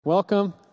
Welcome